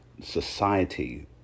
society